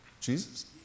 Jesus